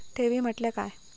ठेवी म्हटल्या काय?